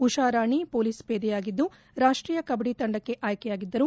Usha Rani police ಪೇದೆಯಾಗಿದ್ದು ರಾಷ್ಟೀಯ ಕಬ್ಬಡಿ ತಂಡಕ್ಕೆ ಆಯ್ಕೆಯಾಗಿದ್ದರು